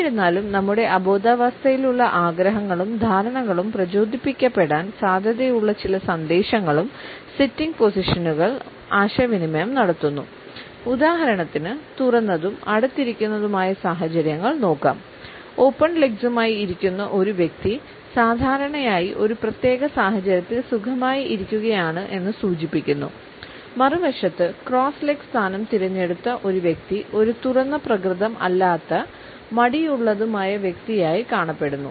എന്നിരുന്നാലും നമ്മുടെ അബോധാവസ്ഥയിലുള്ള ആഗ്രഹങ്ങളും ധാരണകളും പ്രചോദിപ്പിക്കപ്പെടാൻ സാധ്യതയുള്ള ചില സന്ദേശങ്ങളും സിറ്റിംഗ് പൊസിഷനുകൾ സ്ഥാനം തിരഞ്ഞെടുത്ത ഒരു വ്യക്തി ഒരു തുറന്ന പ്രകൃതം അല്ലാത്ത മടിയുള്ളതുമായ വ്യക്തിയായി കാണപ്പെടുന്നു